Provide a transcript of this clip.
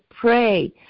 pray